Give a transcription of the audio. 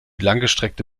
langgestreckte